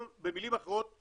במילים אחרות,